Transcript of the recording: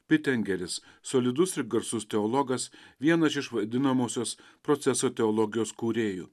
pitengeris solidus ir garsus teologas vienas iš vadinamosios proceso teologijos kūrėjų